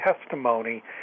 testimony